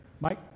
Mike